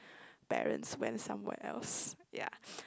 parents went somewhere else ya